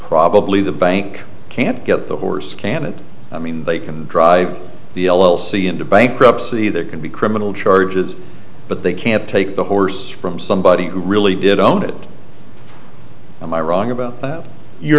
probably the bank can't get the horse can and i mean they can drive the l l c into bankruptcy there can be criminal charges but they can't take the horse from somebody who really did own it and i wrong about that you're